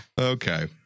Okay